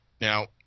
now